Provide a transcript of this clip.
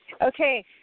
Okay